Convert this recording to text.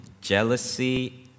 jealousy